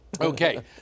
Okay